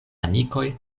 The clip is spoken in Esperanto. amikoj